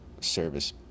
service